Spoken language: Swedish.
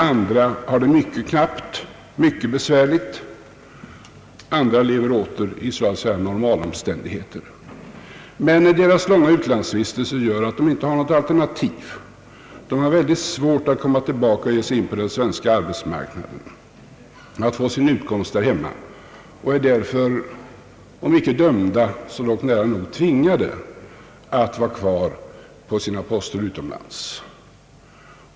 Andra har det mycket knappt och mycket besvärligt, medan andra åter lever under så att säga normalomständigheter. Deras utlandsvistelse gör emellertid att de inte har något alternativ. De har väldigt svårt att komma tillbaka och ge sig in på den svenska arbetsmarknaden och att få sin utkomst här hemma. De är därför, om inte dömda, så nära nog tvingade att stanna kvar på sina poster utomlands.